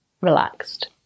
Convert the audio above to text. relaxed